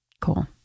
Cool